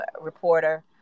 reporter